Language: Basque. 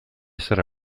zara